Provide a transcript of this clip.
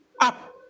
Up